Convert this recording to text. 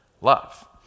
love